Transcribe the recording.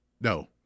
No